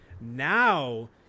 now